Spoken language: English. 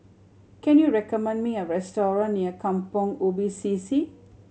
can you recommend me a restaurant near Kampong Ubi C C